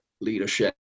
leadership